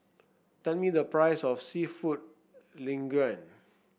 tell me the price of seafood Linguine